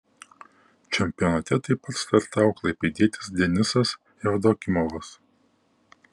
čempionate taip pat startavo klaipėdietis denisas jevdokimovas